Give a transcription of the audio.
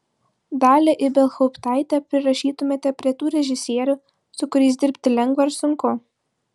dalią ibelhauptaitę prirašytumėte prie tų režisierių su kuriais dirbti lengva ar sunku